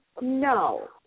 no